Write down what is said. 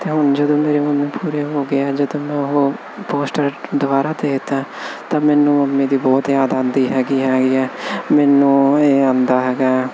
poster ਦੁਬਾਰਾ ਦੇ ਦਿੱਤਾ ਤਾਂ ਮੈਨੂੰ ਮਮੀ ਦੀ ਬਹੁਤ ਯਾਦ ਆਉਂਦੀ ਹੈਗੀ ਹ ਮੈਨੂੰ ਇਹ ਆਉਂਦਾ ਹੈਗਾ